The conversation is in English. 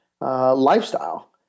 lifestyle